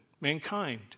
mankind